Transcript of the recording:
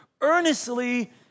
earnestly